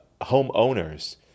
homeowners